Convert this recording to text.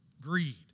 Greed